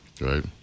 right